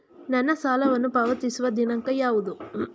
ನನ್ನ ಸಾಲವನ್ನು ಪಾವತಿಸುವ ದಿನಾಂಕ ಯಾವುದು?